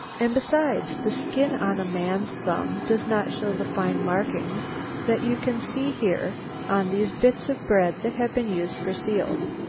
and besides, the skin on a man's thumb does not show the fine markings that you can see here on these bits of bread that have been used for seals.